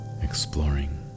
exploring